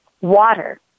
water